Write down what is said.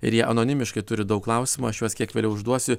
ir jie anonimiškai turi daug klausimų aš juos kiek vėliau užduosiu